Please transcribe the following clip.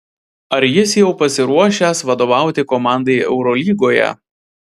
ar jis jau pasiruošęs vadovauti komandai eurolygoje